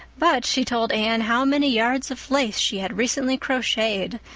but she told anne how many yards of lace she had recently crocheted,